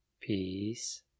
Peace